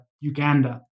Uganda